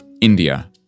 India